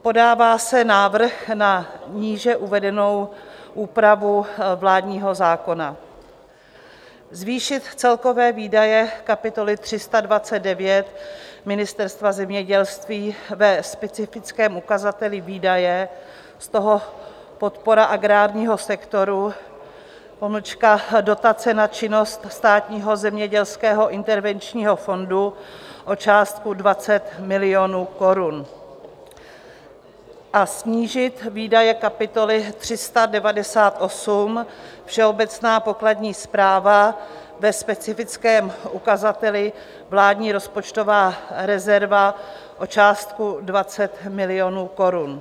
Podává se návrh na níže uvedenou úpravu vládního zákona: zvýšit celkové výdaje kapitoly 329 Ministerstva zemědělství ve specifickém ukazateli Výdaje, z toho Podpora agrárního sektoru dotace na činnost Státního zemědělského intervenčního fondu, o částku 20 milionů korun a snížit výdaje kapitoly 398 Všeobecná pokladní správa ve specifickém ukazateli Vládní rozpočtová rezerva o částku 20 milionů korun.